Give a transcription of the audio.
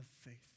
faith